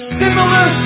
similar